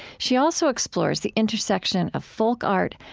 she also explores the intersection of folk art,